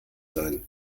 sein